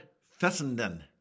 Fessenden